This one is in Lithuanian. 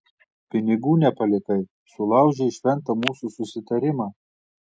pinigų nepalikai sulaužei šventą mūsų susitarimą